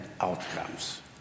outcomes